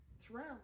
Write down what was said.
throughout